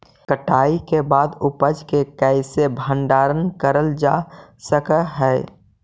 कटाई के बाद उपज के कईसे भंडारण करल जा सक हई?